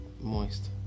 Moist